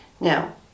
now